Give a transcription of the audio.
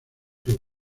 club